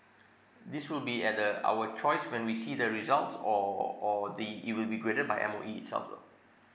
this will be at the our choice when we see the results or or the it will be graded by M_O_E itself though